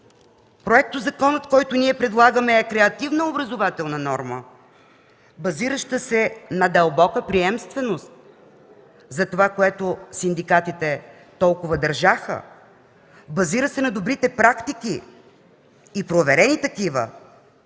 Законопроектът, който ние предлагаме, е креативна образователна норма, базираща се на дълбока приемственост на това, на което синдикатите толкова държаха, базира се на добрите и проверени практики,